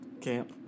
camp